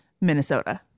Minnesota